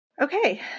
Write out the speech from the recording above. Okay